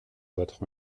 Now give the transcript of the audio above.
votre